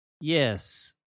Yes